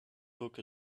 book